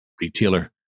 retailer